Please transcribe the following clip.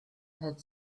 had